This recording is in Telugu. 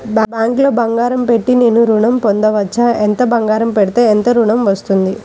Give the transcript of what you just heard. బ్యాంక్లో బంగారం పెట్టి నేను ఋణం పొందవచ్చా? ఎంత బంగారం పెడితే ఎంత ఋణం వస్తుంది?